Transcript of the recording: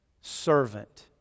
servant